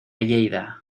lleida